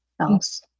else